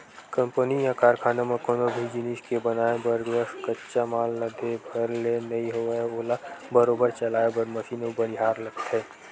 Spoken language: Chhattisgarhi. कंपनी या कारखाना म कोनो भी जिनिस के बनाय बर बस कच्चा माल ला दे भर ले नइ होवय ओला बरोबर चलाय बर मसीन अउ बनिहार लगथे